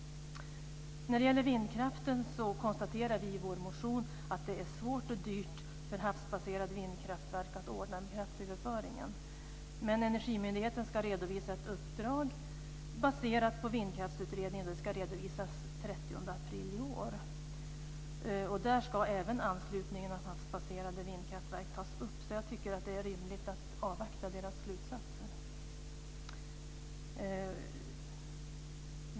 När det gäller vindkraften konstaterar vi i vår motion att det är svårt och dyrt för havsbaserade vindkraftverk att ordna nätöverföringen. Men Energimyndigheten ska redovisa ett uppdrag baserat på vindkraftsutredningen, som ska redovisas den 30 april i år. Där ska också anslutningen av havsbaserade vindkraftverk tas upp. Jag tycker att det är rimligt att avvakta deras slutsatser.